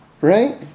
Right